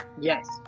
yes